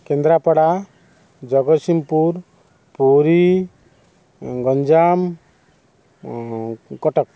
Kendrapara Jagatsinghpur Puri Ganjam Cuttack